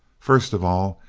first of all,